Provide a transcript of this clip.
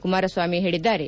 ಕುಮಾರಸ್ನಾಮಿ ಹೇಳಿದ್ದಾರೆ